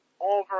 over